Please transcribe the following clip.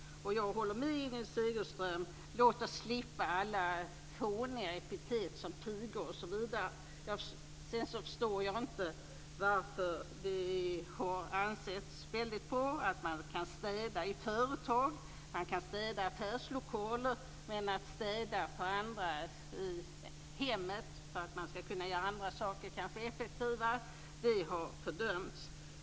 Jag håller med Inger Segelström om att vi bör slippa alla fåniga epitet som "pigor" osv. Jag förstår inte varför det har ansetts väldigt bra att man kan städa i företag, t.ex. i affärslokaler, men att städning hemma hos andra, som då kanske kan göra andra saker effektivare, har fördömts.